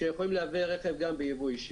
שיכולם לייבא רכב גם ביבוא אישי.